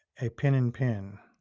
a pin in pin.